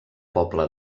poble